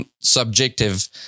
subjective